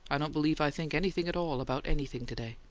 i don't believe i think anything at all about anything to-day.